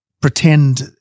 pretend